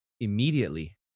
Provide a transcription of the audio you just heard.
immediately